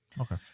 Okay